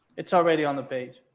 it's already on the page.